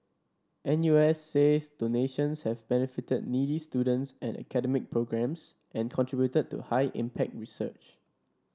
N U S says donations have benefited needy students and academic programmes and contributed to high impact research